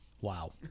Wow